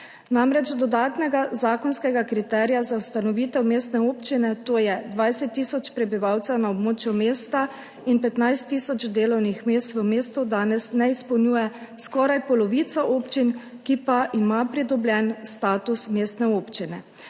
namreč dodatnega zakonskega kriterija za ustanovitev mestne občine, to je 20 tisoč prebivalcev na območju mesta in 15 tisoč delovnih mest v mestu, danes ne izpolnjuje skoraj polovica občin, ki ima pridobljen status mestne občine.